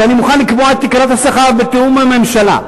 כשאני מוכן לקבוע את תקרת השכר בתיאום עם הממשלה,